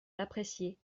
l’apprécier